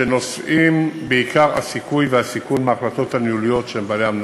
שנושאים בעיקר הסיכוי והסיכון בהחלטות הניהוליות של בעלי המניות.